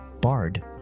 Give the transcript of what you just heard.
Bard